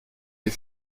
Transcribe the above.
les